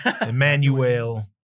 Emmanuel